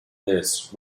this